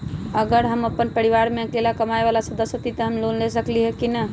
अगर हम अपन परिवार में अकेला कमाये वाला सदस्य हती त हम लोन ले सकेली की न?